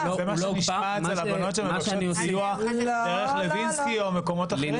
אז זה מה שנשמע אצל הבנות שמבקשות סיוע דרך לוינסקי או מקומות אחרים,